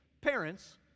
Parents